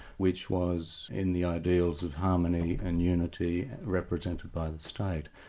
which was in the ideals of harmony and unity represented by the state.